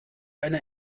eine